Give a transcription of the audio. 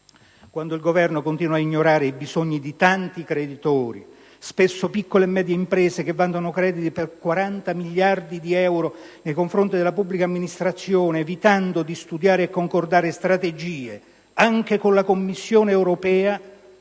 Quando il Governo continua ad ignorare i bisogni di tanti creditori, spesso piccole e medie imprese che vantano crediti per 40 miliardi di euro nei confronti della pubblica amministrazione, evitando di studiare e concordare strategie, anche con la Commissione europea,